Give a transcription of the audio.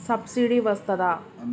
Subsidy వస్తదా?